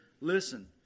listen